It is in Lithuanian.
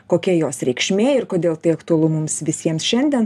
kokia jos reikšmė ir kodėl tai aktualu mums visiems šiandien